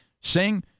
sing